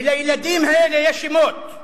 ולילדים האלה יש שמות: